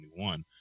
2021